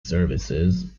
services